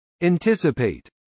Anticipate